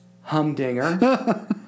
Humdinger